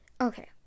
Okay